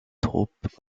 troupes